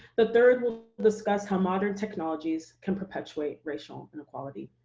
the third will discuss how modern technologies can perpetuate racial inequality.